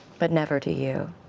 but never to you.